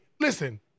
Listen